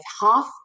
half